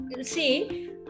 See